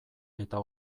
eta